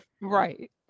right